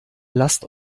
lasst